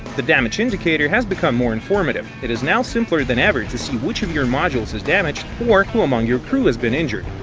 the damage indicator has become more informative it is now simpler than ever to see which of your modules is damaged, or who among of your crew has been injured.